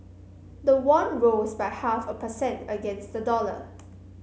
the won rose by half a per cent against the dollar